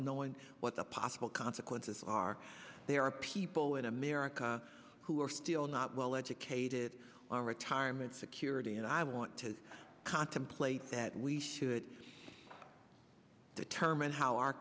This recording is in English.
knowing what the possible consequences are there are people in america who are still not well educated on retirement security and i want to contemplate that we should determine how our